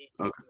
Okay